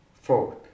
Fourth